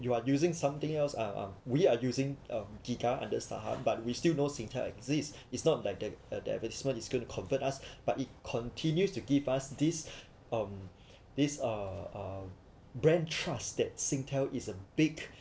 you are using something else uh uh we are using a giga under Starhub but we still know Singtel exist it's not like the uh advertisement is going to convert us but it continues to keep us this um this uh brand trust that Singtel is a big